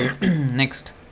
next